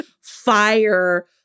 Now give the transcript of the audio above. fire